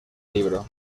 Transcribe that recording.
libro